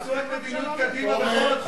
תבצעו את מדיניות קדימה בכל התחומים.